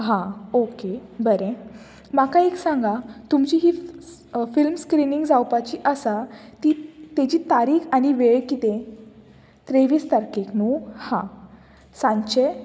हां ओके बरें म्हाका एक सांगा तुमची ही फिल्म स्क्रिनींग जावपाची आसा ती तेजी तारीख आनी वेळ कितें त्रेवीस तारखेक न्हू हां सांचे